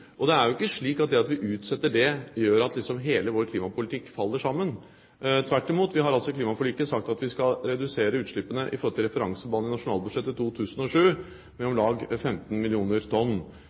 Det er jo ikke slik at det at vi utsetter det, gjør at hele vår klimapolitikk faller sammen – tvert imot. Vi har altså i klimaforliket sagt at vi skal redusere utslippene i forhold til referansebanen i nasjonalbudsjettet i 2007 med om lag 15 millioner tonn